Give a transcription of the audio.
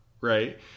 right